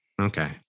Okay